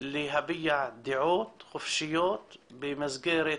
להביע דעות חופשיות במסגרת